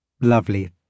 Lovely